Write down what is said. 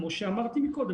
כמו שאמרתי קודם,